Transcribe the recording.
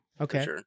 okay